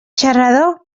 xarrador